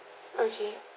okay